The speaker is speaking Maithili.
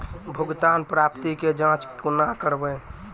भुगतान प्राप्ति के जाँच कूना करवै?